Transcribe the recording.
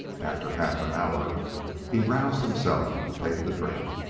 after half an hour he roused himself to take the drink,